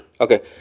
Okay